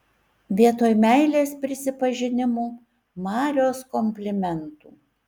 vietoj meilės prisipažinimų marios komplimentų